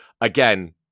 again